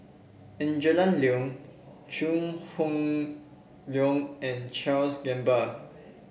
Angela Liong Chew Hock Leong and Charles Gamba